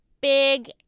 big